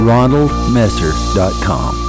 RonaldMesser.com